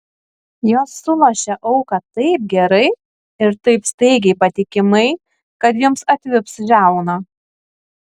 jos sulošia auką taip gerai ir taip staigiai patikimai kad jums atvips žiauna